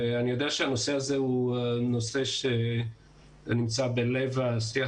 אני יודע שהנושא הזה הוא נושא שנמצא בלב השיח